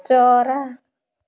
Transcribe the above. चरा